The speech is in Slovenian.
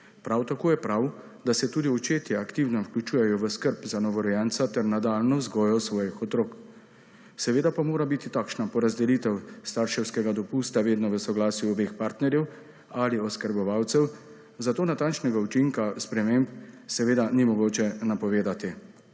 Prav tako je prav, da se tudi očetje aktivno vključujejo v skrb za novorojenca ter v nadaljnjo vzgojo svojih otrok. Seveda pa mora biti takšna porazdelitev starševskega dopusta vedno v soglasju obeh partnerjev ali skrbnikov, zato natančnega učinka sprememb ni mogoče napovedati,